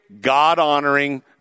God-honoring